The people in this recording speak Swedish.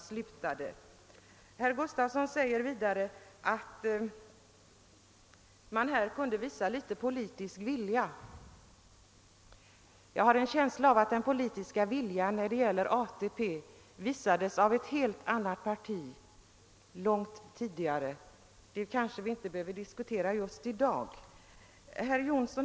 Vidare sade herr Gustavsson att vi borde visa politisk vilja, men jag har en känsla av att när det gäller ATP visades den politiska viljan långt tidigare av ett helt annat parti. Det är emellertid någonting som vi kanske inte skall diskutera i dag.